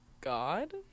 God